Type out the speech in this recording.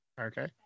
Okay